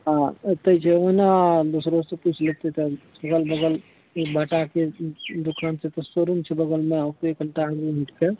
हँ ओतय छै ओना दोसरोसँ पुछि लैतियै तब अगल बगल बाटाके दोकान छै तऽ शोरूम छै बगलमे ओते कनिटा आगू हटिके